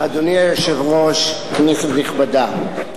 אדוני היושב-ראש, כנסת נכבדה,